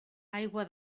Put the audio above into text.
aigua